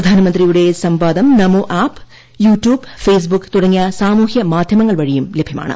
പ്രധാനമന്ത്രിയുടെ സംവാദം Namo app YouTube Facebook തുടങ്ങിയ സാമൂഹ്യ മാധ്യമങ്ങൾ വഴിയും ലഭ്യമാണ്